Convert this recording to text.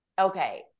okay